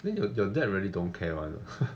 then your your dad really don't care [one] ah